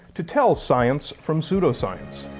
to tell science from pseudoscience.